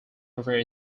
over